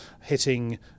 hitting